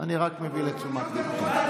אני רק מביא לתשומת ליבך.